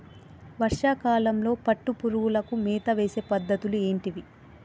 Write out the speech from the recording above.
వర్షా కాలంలో పట్టు పురుగులకు మేత వేసే పద్ధతులు ఏంటివి?